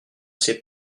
sais